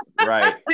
right